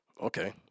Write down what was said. Okay